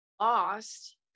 lost